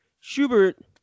Schubert